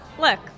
Look